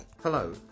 Hello